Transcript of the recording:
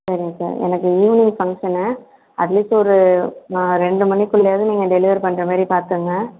சரிங்க சார் எனக்கு evening பங்ஷன்னு at least ஒரு ரெண்டு மணிக்குள்ளையாவது நீங்கள் டெலிவரி பண்ணுற மாதிரி பார்த்துகோங்க